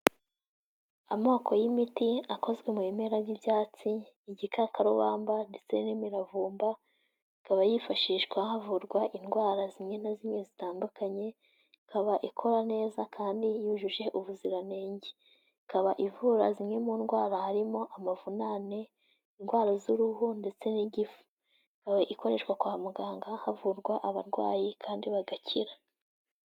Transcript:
Amoko y'imiti akozwe mu bimera by'ibyatsi, igikakarubamba, ndetse n'imiravumba. Ikaba yifashishwa havurwa indwara zimwe na zimwe zitandukanye, ikaba ikora neza kandi yujuje ubuziranenge, ikaba ivura zimwe mu ndwara harimo amavunane, indwara z'uruhu, ndetse n'igifu, ikaba ikoreshwa kwa muganga havurwa abarwayi kandi bagakira.